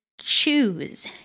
Choose